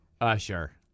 Usher